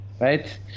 Right